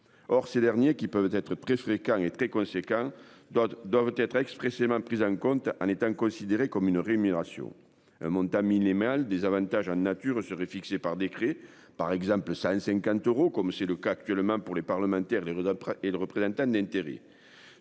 Or ces derniers qui peuvent être très fréquents et très conséquent d'doivent être expressément prises en compte en étant considéré comme une rémunération un montant minimal des avantages ânes nature serait fixé par décret par exemple 150 euros comme c'est le cas actuellement pour les parlementaires les d'après et de représentants d'intérêts.